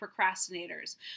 procrastinators